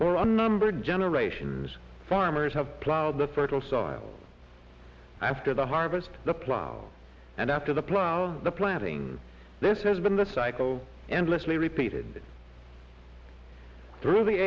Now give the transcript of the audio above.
for a number generations farmers have plowed the fertile soil after the harvest the plough and after the plough the planting this has been the cycle endlessly repeated through the